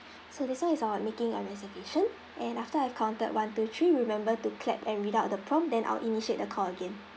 so this one is about making a reservation and after I counted one two three remember to clap and read out the prompt then I'll initiate the call again